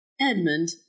Edmund